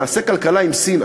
נעשה כלכלה עם סין,